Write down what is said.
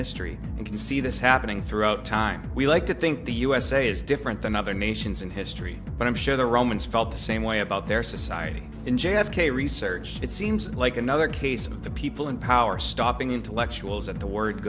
history and can see this happening throughout time we like to think the usa is different than other nations in history but i'm sure the romans felt the same way about their society in j f k research it seems like another case of the people in power stopping intellectuals at the word